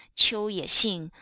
qiu ye xing,